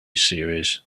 series